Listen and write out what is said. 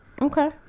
Okay